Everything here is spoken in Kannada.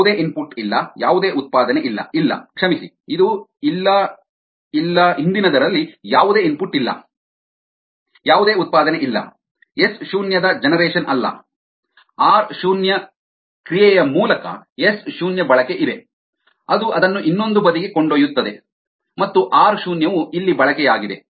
ಯಾವುದೇ ಇನ್ಪುಟ್ ಇಲ್ಲ ಯಾವುದೇ ಉತ್ಪಾದನೆ ಇಲ್ಲ ಇಲ್ಲ ಕ್ಷಮಿಸಿ ಇದು ಇಲ್ಲ ಇಲ್ಲ ಹಿಂದಿನದರಲ್ಲಿ ಯಾವುದೇ ಇನ್ಪುಟ್ ಇಲ್ಲ ಯಾವುದೇ ಉತ್ಪಾದನೆ ಇಲ್ಲ ಎಸ್ ಶೂನ್ಯದ ಜನರೇಶನ್ ಅಲ್ಲ ಆರ್ ಶೂನ್ಯ ಕ್ರಿಯೆಯ ಮೂಲಕ ಎಸ್ ಶೂನ್ಯ ಬಳಕೆ ಇದೆ ಅದು ಅದನ್ನು ಇನ್ನೊಂದು ಬದಿಗೆ ಕೊಂಡೊಯ್ಯುತ್ತದೆ ಮತ್ತು ಆರ್ ಶೂನ್ಯವು ಇಲ್ಲಿ ಬಳಕೆಯಾಗಿದೆ